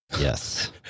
Yes